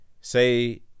say